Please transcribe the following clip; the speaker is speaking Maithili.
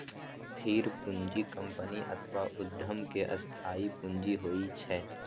स्थिर पूंजी कंपनी अथवा उद्यम के स्थायी पूंजी होइ छै